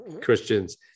Christians